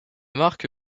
marque